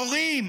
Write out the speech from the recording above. מורים,